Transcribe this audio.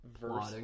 verse